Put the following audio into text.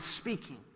speaking